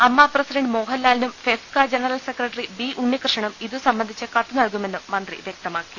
അമ്മ പ്രസിഡന്റ് മോഹൻലാലിനും FEFKA general secretary B ഉണ്ണികൃഷ്ണനും ഇതു സംബ്ലന്ധിച്ച് കത്തു നൽകുമെന്നും മന്ത്രി വ്യക്തമാക്കി